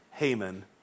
Haman